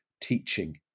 teaching